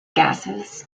gases